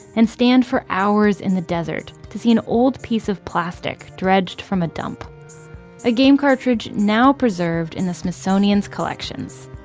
and stand for hours in the desert to see an old piece of plastic dredged from a dump a game cartridge now preserved in the smithsonian's collections.